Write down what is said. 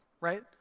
right